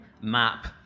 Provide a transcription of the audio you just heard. map